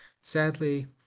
Sadly